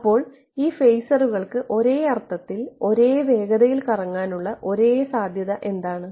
അപ്പോൾ ഈ ഫേസറുകൾക്ക് ഒരേ അർത്ഥത്തിൽ ഒരേ വേഗതയിൽ കറങ്ങാനുള്ള ഒരേയൊരു സാധ്യത എന്താണ്